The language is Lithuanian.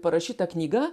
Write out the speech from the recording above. parašyta knyga